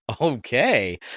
Okay